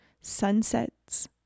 sunsets